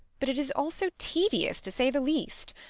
but it is also tedious, to say the least.